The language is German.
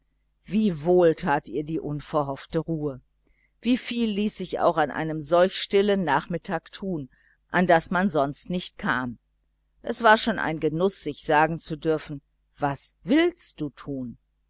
wie wohl tat ihr die unerhoffte ruhe wie viel ließ sich auch an solch einem stillen nachmittag tun an das man sonst nicht kam es war schon ein genuß sich sagen zu dürfen was willst du tun